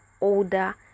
older